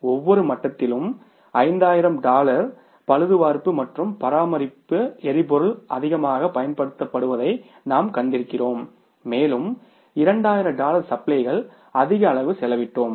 ஒவ்வொரு மட்டத்திலும் 5000 டாலர் பழுதுபார்ப்பு மற்றும் பராமரிப்பால் எரிபொருள் அதிகமாகப் பயன்படுத்தப்படுவதை நாம் கண்டிருக்கிறோம் மேலும் 2000 டாலர் சப்ளைகளால் அதிக அளவு செலவிட்டோம்